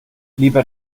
lieber